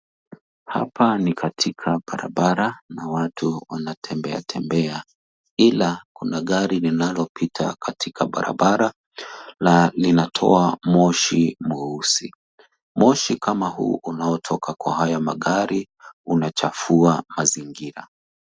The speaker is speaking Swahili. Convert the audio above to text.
Hapa ni katika barabara na watu wanatembea tembea ila kuna gari linalopita katika barabara na linatoa moshi mweusi ,moshi kama huu unaotoka kwa haya magari unachafua mazingira.